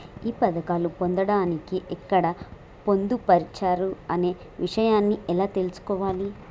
ఈ పథకాలు పొందడానికి ఎక్కడ పొందుపరిచారు అనే విషయాన్ని ఎలా తెలుసుకోవాలి?